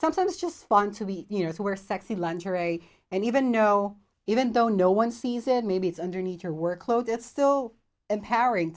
sometimes just fun to be you know where sexy lingerie and even know even though no one sees it maybe it's underneath your workload it's so empowering